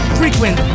frequent